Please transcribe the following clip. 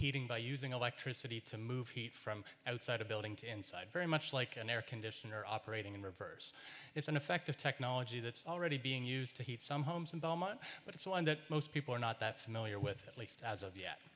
heating by using electricity to move heat from outside a building to inside very much like an air conditioner operating in reverse it's an effective technology that's already being used to heat some homes in belmar but it's one that most people are not that familiar with least as of yet